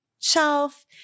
shelf